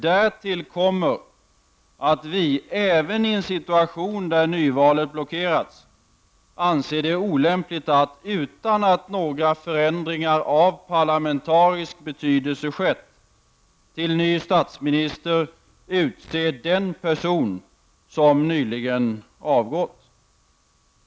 Därtill kommer att vi även i en situation där nyvalsmöjligheten är blockerad anser det olämpligt att, utan att några förändringar av parlamentarisk betydelse har skett, till ny statsminister utse den person som nyligen avgått.